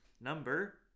number